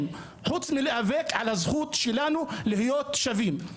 חוץ מלהיאבק על הזכות שלנו להיות שווים,